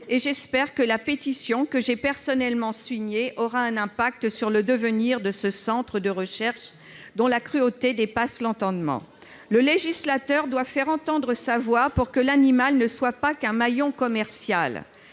J'espère que la pétition que j'ai personnellement signée aura une incidence sur le devenir de ce centre de recherches, dont la cruauté dépasse l'entendement. Le législateur doit faire entendre sa voix pour que l'animal ne soit pas qu'un maillon commercial.